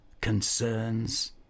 concerns